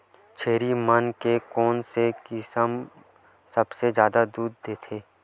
छेरी मन के कोन से किसम सबले जादा दूध देथे?